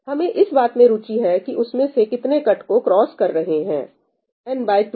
हमें इस बात में रुचि है कि उसमें से कितने कट को क्रॉस कर रहे हैं n2